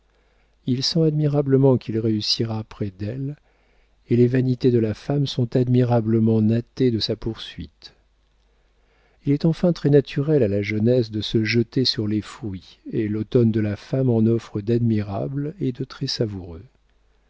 il sent admirablement qu'il réussira près d'elle et les vanités de la femme sont admirablement flattées de sa poursuite il est enfin très-naturel à la jeunesse de se jeter sur les fruits et l'automne de la femme en offre d'admirables et de très savoureux